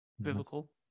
biblical